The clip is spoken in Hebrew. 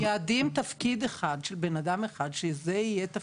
מייעדים תפקיד אחד של בן-אדם אחד שזה יהיה תפקידו.